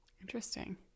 Interesting